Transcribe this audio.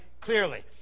clearly